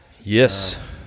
Yes